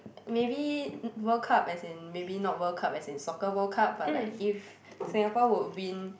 maybe World Cup as in maybe not World Cup as in soccer World Cup but like if Singapore would win